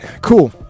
cool